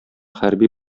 хәрби